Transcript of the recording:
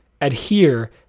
adhere